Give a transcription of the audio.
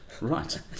right